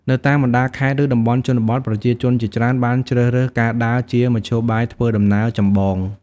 នៅតាមបណ្តាខេត្ត ឬតំបន់ជនបទ ប្រជាជនជាច្រើនបានជ្រើសរើសការដើរជាមធ្យោបាយធ្វើដំណើរចម្បង។